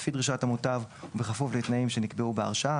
לפי דרישת המוטב ובכפוף לתנאים שנקבעו בהרשאה".